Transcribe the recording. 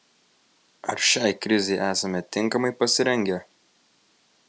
ar šiai krizei esame tinkamai pasirengę